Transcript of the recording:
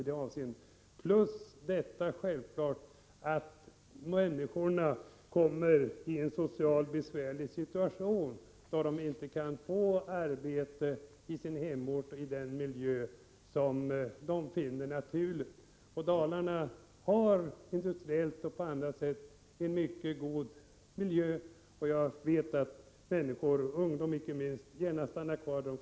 Dessutom kommer självfallet de människor som inte kan få ett arbete på sin hemort, alltså i den miljö som för dem är den naturliga, att hamna i en socialt sett besvärlig situation. Dalarna har, både industriellt och i andra avseenden, en mycket god miljö. Jag vet att människorna, och då inte minst ungdomarna, gärna stannar kvar där.